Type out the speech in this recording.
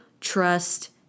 trust